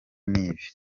n’ibi